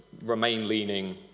Remain-leaning